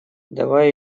давай